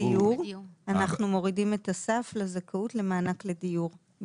בדיוק אנחנו מורידים את הסף לזכאות למענק לדיור,